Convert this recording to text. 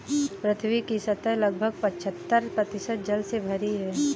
पृथ्वी की सतह लगभग पचहत्तर प्रतिशत जल से भरी है